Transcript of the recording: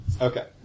Okay